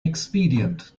expedient